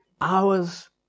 hours